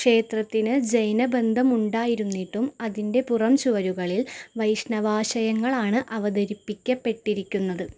ക്ഷേത്രത്തിന് ജൈനബന്ധമുണ്ടായിരുന്നിട്ടും അതിന്റെ പുറംചുവരുകളിൽ വൈഷ്ണവാശയങ്ങളാണ് അവതരിപ്പിക്കപ്പെട്ടിരിക്കുന്നത്